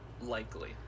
likely